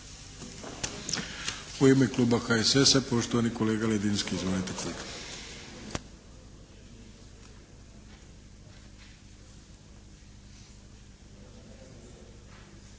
U ime Kluba HSS-a poštovani kolega Ledinski. Izvolite kolega.